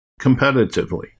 competitively